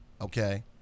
Okay